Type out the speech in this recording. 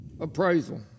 Appraisal